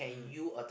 mm